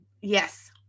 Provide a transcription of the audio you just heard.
Yes